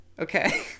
Okay